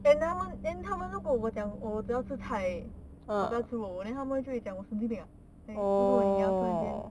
and 他们 then 他们如果我讲我只要吃菜而已我不要吃肉 then 他们就会讲我神经病 then 一直问你 ah 突然间